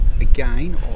again